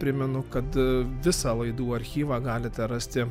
primenu kad visą laidų archyvą galite rasti